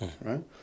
right